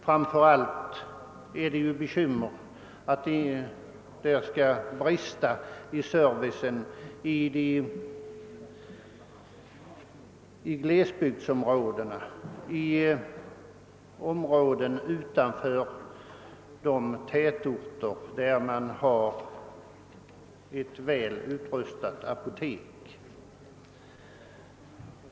Framför allt har befarats att det skall brista i fråga om service i glesområdena och i områden utanför de tätorter där man har ett välutrustat apotek.